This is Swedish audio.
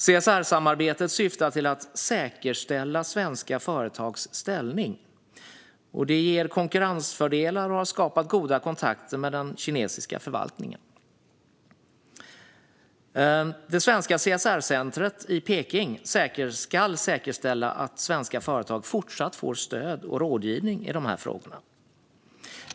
CSR-samarbetet syftar till att säkerställa svenska företags ställning. Det ger konkurrensfördelar och har skapat goda kontakter med den kinesiska förvaltningen. Det svenska CSR-centret i Peking ska säkerställa att svenska företag fortsatt får stöd och rådgivning i de här frågorna.